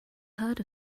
heard